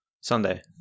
sunday